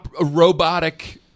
robotic